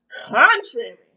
contrary